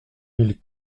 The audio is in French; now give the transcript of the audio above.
mille